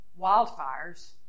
wildfires